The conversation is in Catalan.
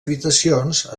habitacions